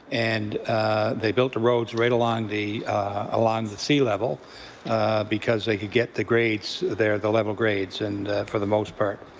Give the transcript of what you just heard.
and they built the roads right along the along the sea level because they could get the grades there, the level grades, and for the most part.